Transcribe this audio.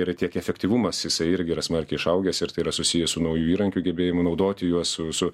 ir tiek efektyvumas jisai irgi yra smarkiai išaugęs ir tai yra susiję su naujų įrankių gebėjimu naudoti juos su su